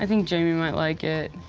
ah think jamie might like it.